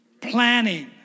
planning